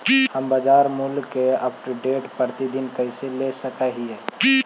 हम बाजार मूल्य के अपडेट, प्रतिदिन कैसे ले सक हिय?